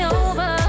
over